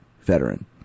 veteran